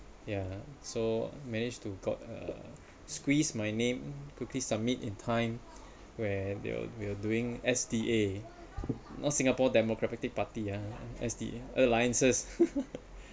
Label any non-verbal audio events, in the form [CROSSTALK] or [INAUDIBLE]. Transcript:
ya so managed to got uh squeezed my name quickly submit in time where they were they were doing S_D_A not singapore democratic party ah S_D alliances [LAUGHS]